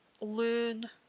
learn